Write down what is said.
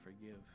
forgive